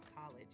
College